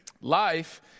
Life